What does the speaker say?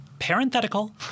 parenthetical